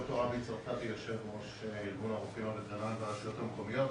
אני יו"ר ארגון הרופאים הווטרינריים ברשויות המקומיות.